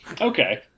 Okay